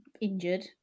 injured